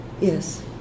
Yes